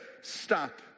stop